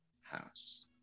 house